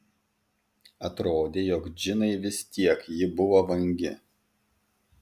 atrodė jog džinai vis tiek ji buvo vangi